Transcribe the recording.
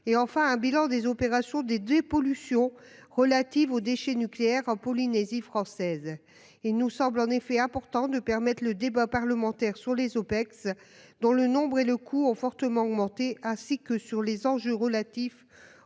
et enfin un bilan des opérations des des pollutions relatives aux déchets nucléaires en Polynésie française. Il nous semble en effet important de permettent le débat parlementaire sur les OPEX, dont le nombre et le coût ont fortement augmenté, ainsi que sur les enjeux relatifs